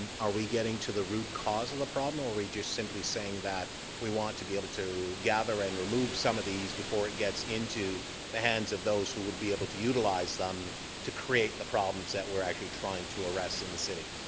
are we getting to the root cause of the problem or just simply saying that we want to be able to gather and remove some of these before it gets into the hands of those who would be able to utilize them to create the problems that we're actually trying to arrest in the city?